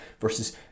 versus